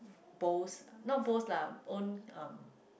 bowls not bowls lah own um